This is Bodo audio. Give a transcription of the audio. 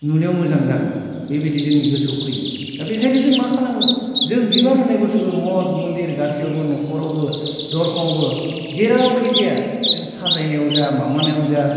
नुनायाव मोजां जागोन बेबायदि जोंनि गोसोआव फैयो दा बेखायनो जों मा खालामो जों बिबार होननाय बुस्थुखौ मत मन्दिर गासियावबो नखरावबो दरखङावनो जेरावखि जाया जों साजायनायाव जा माबानायावनो जा